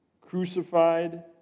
crucified